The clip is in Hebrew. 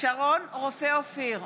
שרון רופא אופיר,